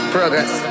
Progress